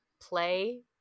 play